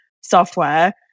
software